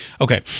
Okay